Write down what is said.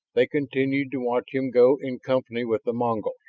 they continued to watch him go in company with the mongols.